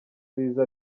biza